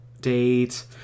date